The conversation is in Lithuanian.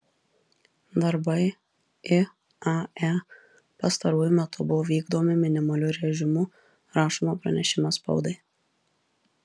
darbai iae pastaruoju metu buvo vykdomi minimaliu režimu rašoma pranešime spaudai